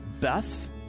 Beth